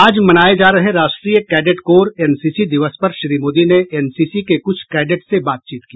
आज मनाये जा रहे राष्ट्रीय कैडेट कोर एनसीसी दिवस पर श्री मोदी ने एनसीसी के कुछ कैडेट से बातचीत की